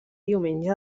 diumenge